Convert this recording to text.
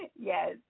yes